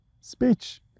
Speech